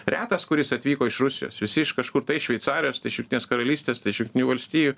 retas kuris atvyko iš rusijos visi iš kažkur tai šveicarijos iš jungtinės karalystės jungtinių valstijų